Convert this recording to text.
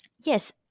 yes